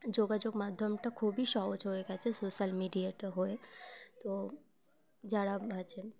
যোগাযোগ মাধ্যমটা খুবই সহজ হয়ে গেছে সোশ্যাল মিডিয়াটা হয়ে তো যারা আছে